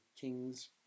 kings